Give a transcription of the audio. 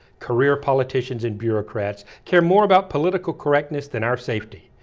career politicians and bureaucrats care more about political correctness than our safety.